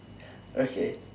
okay